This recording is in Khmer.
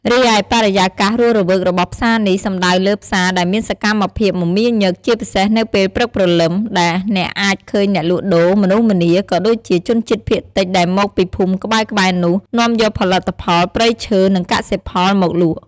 រីឯបរិយាកាសរស់រវើករបស់ផ្សារនេះ សំដៅលើផ្សារដែលមានសកម្មភាពមមាញឹក ជាពិសេសនៅពេលព្រឹកព្រលឹម ដែលអ្នកអាចឃើញអ្នកលក់ដូរ មនុស្សម្នា ក៏ដូចជាជនជាតិភាគតិចដែលមកពីភូមិក្បែរៗនោះ នាំយកផលិតផលព្រៃឈើ និងកសិផលមកលក់។